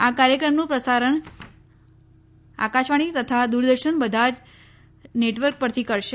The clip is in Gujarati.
આ કાર્યક્રમનું પ્રસારણ આકાશવાણી તથા દૂરદર્શનના બધા જ નેટવર્ક પરથી કરશે